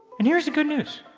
and here's the good news,